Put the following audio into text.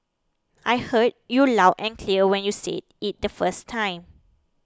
I heard you loud and clear when you said it the first time